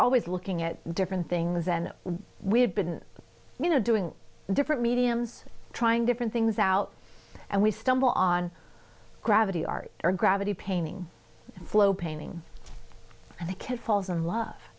always looking at different things and we've been you know doing different mediums trying different things out and we stumble on gravity art or gravity painting flow painting and the kids falls in love